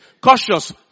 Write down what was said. cautious